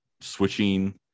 switching